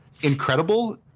incredible